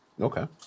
Okay